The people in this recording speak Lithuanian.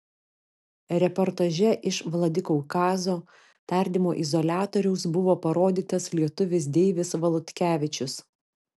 reportaže iš vladikaukazo tardymo izoliatoriaus buvo parodytas lietuvis deivis valutkevičius